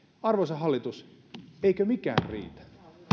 arvoisa hallitus eikö mikään riitä